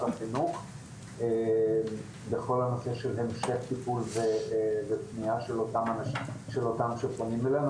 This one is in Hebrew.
החינוך בכל הנושא של המשך טיפול ופנייה של אותם שפונים אלינו,